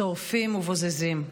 שורפים ובוזזים.